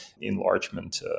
enlargement